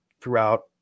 throughout